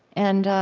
and